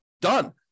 Done